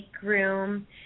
groom